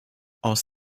aus